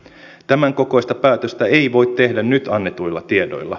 tämän kokoista päätöstä ei voi tehdä nyt annetuilla tiedoilla